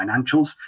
financials